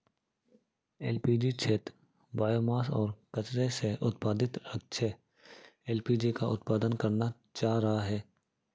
LPG क्षेत्र biomass और कचरे से उत्पादित अक्षय एल.पी.जी का उत्पादन करना चाह रहा है